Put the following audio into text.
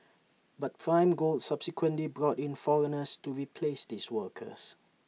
but prime gold subsequently brought in foreigners to replace these workers